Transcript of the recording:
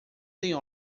tem